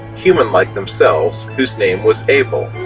human like themselves, whose name was abel.